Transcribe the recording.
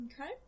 Okay